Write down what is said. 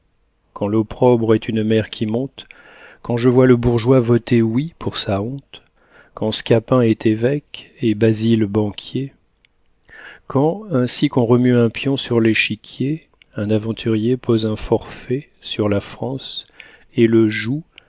quand l'opprobre est une mer qui monte quand je vois le bourgeois voter oui pour sa honte quand scapin est évêque et basile banquier quand ainsi qu'on remue un pion sur l'échiquier un aventurier pose un forfait sur la france et le joue